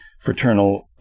fraternal